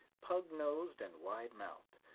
pug-nosed and wide-mouthed.